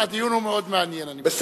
הדיון מאוד מעניין, אני מוכרח להודות.